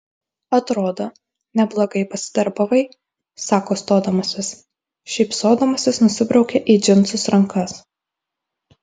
atrodo neblogai pasidarbavai sako stodamasis šypsodamasis nusibraukia į džinsus rankas